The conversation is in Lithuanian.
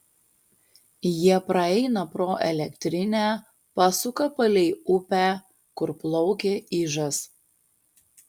jie praeina pro elektrinę pasuka palei upę kur plaukia ižas